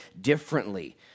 differently